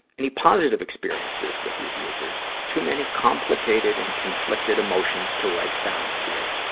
any positive experiences with the abusers? too many complicated and conflicted emotions to write down here.